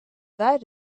that